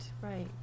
right